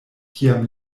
kiam